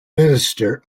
minister